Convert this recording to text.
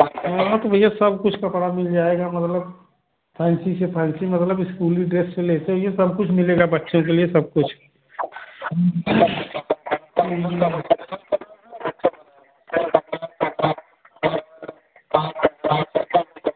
हाँ हाँ तो भैया सब कुछ कपड़ा मिल जाएगा मतलब फैंसी से फैंसी मतलब इस्कूली ड्रेस लेते ही हैं सब कुछ मिलगा बच्चों के लिए सब कुछ